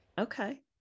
Okay